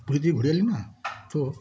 পুরী থেকে ঘুরে এলি না তো